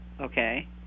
okay